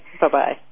Bye-bye